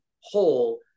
whole